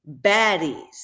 baddies